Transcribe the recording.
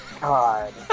God